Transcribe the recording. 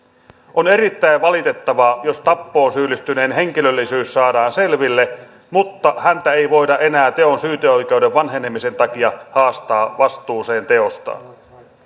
on erittäin valitettavaa jos tappoon syyllistyneen henkilöllisyys saadaan selville mutta häntä ei voida enää teon syyteoikeuden vanhenemisen takia haastaa vastuuseen teostaan